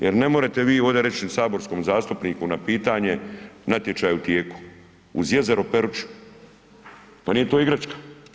Jer ne možete vi ovdje reći saborskom zastupniku na pitanje, natječaj u tijeku, uz jezero Peruća, pa nije to igračka.